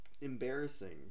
embarrassing